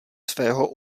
svého